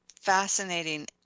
fascinating